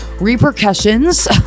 repercussions